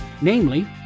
Namely